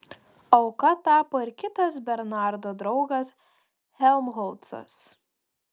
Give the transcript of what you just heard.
auka tapo ir kitas bernardo draugas helmholcas